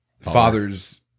father's